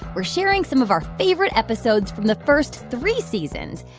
we're sharing some of our favorite episodes from the first three seasons.